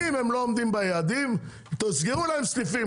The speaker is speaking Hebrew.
אם הם לא עומדים ביעדים תסגרו להם סניפים.